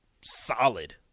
solid